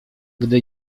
gdy